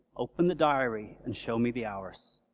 open the diary and show me the hours.